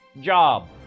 job